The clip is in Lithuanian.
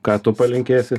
ką tu palinkėsi